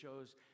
shows